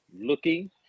looking